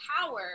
power